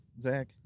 Zach